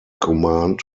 command